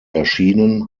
erschienen